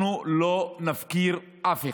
אנחנו לא נפקיר אף אחד.